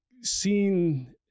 seen